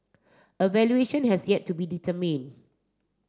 a valuation has yet to be determine